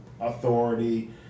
authority